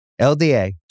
LDA